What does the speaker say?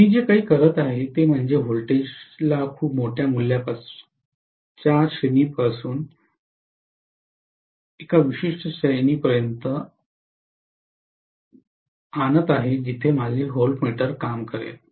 मी जे करत आहे ते म्हणजे व्होल्टेजला खूप मोठ्या मूल्यापासून श्रेणीपर्यंत आणा जेथे माझे व्होल्टमीटर काम करेल